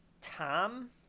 Tom